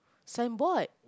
signboard